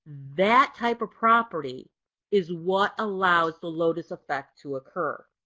that type of property is what allows the lotus effect to occur.